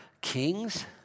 kings